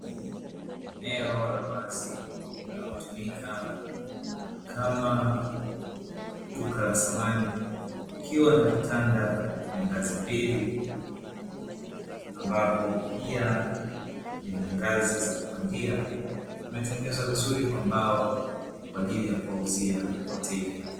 Eneo la wazi linalotumika kama duka la samani likiwa na vitanda vya ngazi mbili ambavyo pia vina ngazi za kupandia, vimetengenezwa vizuri kwa mbao kwa ajili ya kuwauzia wateja.